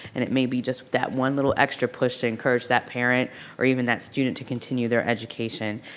and it may be just that one little extra push to encourage that parent or even that student to continue their education.